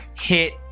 hit